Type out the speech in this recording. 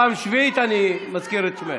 פעם שביעית אני מזכיר את שמך.